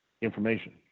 information